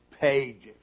pages